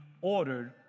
ordered